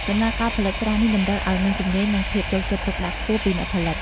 ដំណើរការផលិតស្រានេះតម្រូវឱ្យមានជំនាញ និងភាពយកចិត្តទុកដាក់ខ្ពស់ពីអ្នកផលិត។